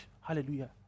Hallelujah